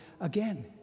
again